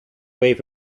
wave